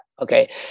okay